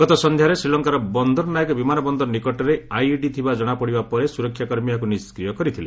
ଗତ ସନ୍ଧ୍ୟାରେ ଶ୍ରୀଲଙ୍କାର ବନ୍ଦରନାଏକ ବିମାନ ବନ୍ଦର ନିକଟରେ ଆଇଇଡି ଥିବା ଜଣାପଡ଼ିବା ପରେ ସ୍ରରକ୍ଷା କର୍ମୀ ଏହାକୁ ନିଷ୍କ୍ରିୟ କରିଥିଲେ